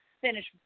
finish